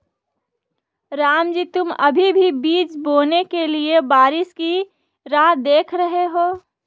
रामजी तुम अभी भी बीज बोने के लिए बारिश की राह देख रहे हो?